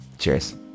Cheers